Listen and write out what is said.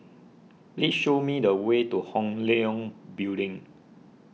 please show me the way to Hong Leong Building